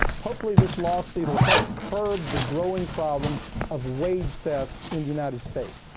hopefully this lawsuit will help curb the growing problem of wage theft in the united states.